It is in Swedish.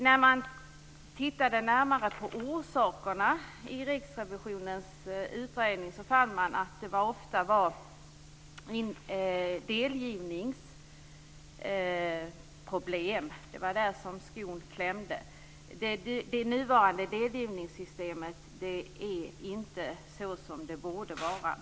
När man tittade närmare på orsakerna i Riksrevisionsverkets utredning fann man att det ofta handlade om delgivningsproblem och att det var där som skon klämde. Det nuvarande delgivningssystemet är inte som det borde vara.